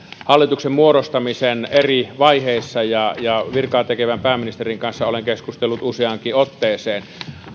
hallituksen muodostamisen eri vaiheissa ja ja virkaa tekevän pääministerin kanssa olen keskustellut useaankin otteeseen